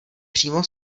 přímo